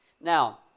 Now